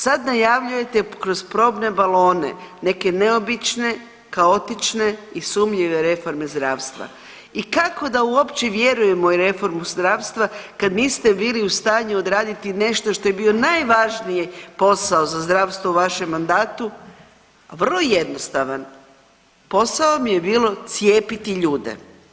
Sad najavljujete kroz probne balone neke neobične, kaotične i sumnjive reforme zdravstva i kako da uopće vjerujemo u reformu zdravstva kad niste bili u stanju odraditi nešto što je bio najvažniji posao za zdravstvo u vašem mandatu, vrlo jednostavan, posao vam je bilo cijepiti ljude.